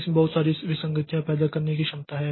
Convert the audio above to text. इसमें बहुत सारी विसंगतियां पैदा करने की क्षमता है